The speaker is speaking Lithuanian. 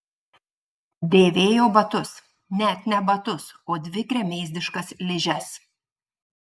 dėvėjo batus net ne batus o dvi gremėzdiškas ližes